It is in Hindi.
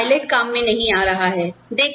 आज कोई पायलट काम में नहीं आ रहा है